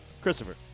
Christopher